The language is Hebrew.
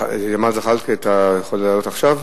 ג'מאל זחאלקה, אתה יכול לעלות עכשיו?